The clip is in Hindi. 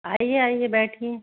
आइए आइए बैठिए